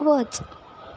वच